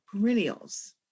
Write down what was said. perennials